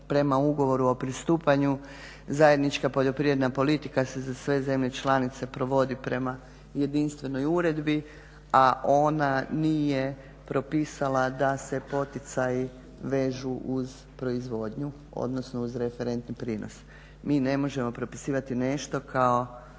prema ugovoru prisežem zastupanju zajednička poljoprivredna politika se za sve zemlje članice prevodi prema jedinstvenoj uredbi a ona nije propisala da se poticaj vežu uz proizvodnju odnosno uz referentni prinos. Mi ne možemo propisivati nešto kao